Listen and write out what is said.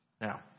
Now